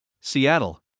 Seattle